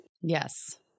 Yes